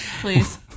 Please